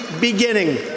beginning